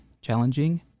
challenging